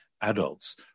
adults